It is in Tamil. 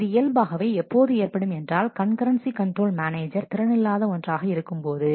இது இயல்பாகவே எப்போது ஏற்படும் என்றால் கண்கரன்சி கண்ட்ரோல் மேனேஜர் திறன் இல்லாத ஒன்றாக இருக்கும் போது